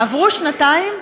עברו שנתיים,